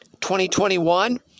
2021